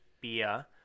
beer